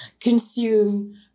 consume